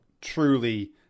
truly